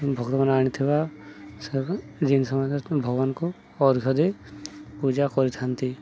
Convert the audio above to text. ଭଗବାନ ଆଣିଥିବା ସେ ଜିନିଷ ଭଗବାନଙ୍କୁ ଅର୍ଘ ଦେଇ ପୂଜା କରିଥାନ୍ତି